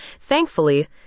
Thankfully